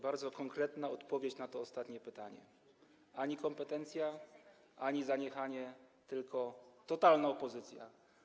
Bardzo konkretna odpowiedź na to ostatnie pytanie: ani niekompetencja, ani zaniechanie, tylko totalna opozycja.